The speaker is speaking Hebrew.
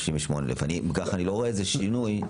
68,000. אני לא רואה איזה שינוי.